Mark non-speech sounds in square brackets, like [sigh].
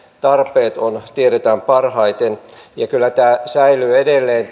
tarpeet ovat ja tiedetään parhaiten ja kyllä tämä viranomaisten vuorovaikutus säilyy edelleen [unintelligible]